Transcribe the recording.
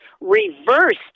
reversed